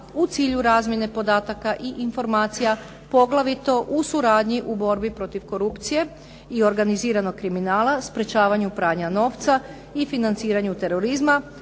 u cilju razmjene podataka i informacija, poglavito u suradnji u borbi protiv korupcije i organiziranog kriminala, sprječavanju pranja novca i financiranju terorizma,